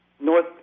North